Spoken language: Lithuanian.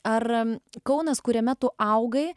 ar kaunas kuriame tu augai